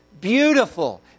beautiful